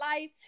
life